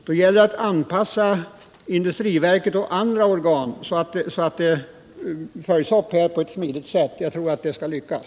Det gäller att anpassa industriverket och andra organ så att åtgärderna följs upp på ett rimligt sätt. Jag tror att det skall lyckas.